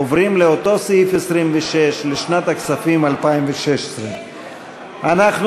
עוברים לאותו סעיף 26 לשנת הכספים 2016. אנחנו